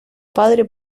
padre